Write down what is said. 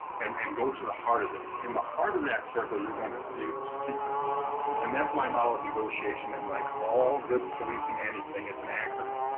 and and go to the heart of this in the heart of that circle, you're going to see secrets and that's my model of negotiation and like all good policing anything. it's an acronym.